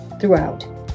throughout